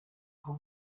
aho